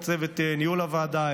לצוות ניהול הוועדה,